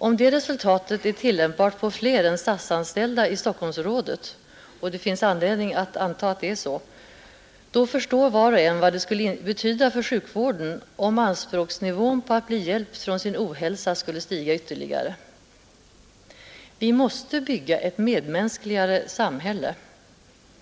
Om detta resultat är tillämpbart på fler än statsanställda i Stockholmsområdet, och det finns anledning att anta så, då förstår var och en vad det skulle betyda för sjukvården om anspråksnivån på att bli hjälpt från sin ohälsa skulle stiga ytterligare. Vi måste bygga ett medmänskligare samhälle.